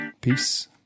Peace